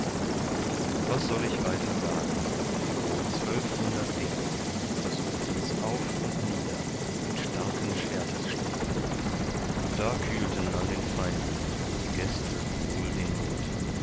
was soll ich weiter sagen wohl zwölfhundert degen versuchtens auf und nieder mit starken schwertesschlägen da kühlten an den feinden die gäste wohl den mut